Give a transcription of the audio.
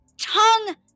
tongue